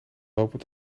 lopend